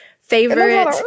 favorite